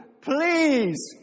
please